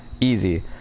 Easy